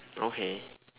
okay